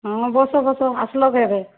ହଁ bus bus ଆସିଲ କେବେ